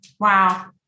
Wow